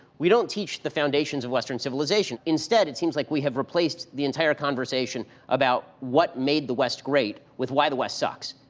we don't teach the foundations of western civilization. instead, it seems like we have replaced the entire conversation about what made the west great with why the west sucks.